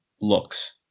looks